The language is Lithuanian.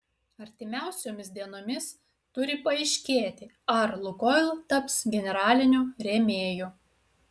artimiausiomis dienomis turi paaiškėti ar lukoil taps generaliniu rėmėju